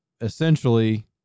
essentially